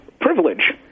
privilege